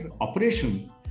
operation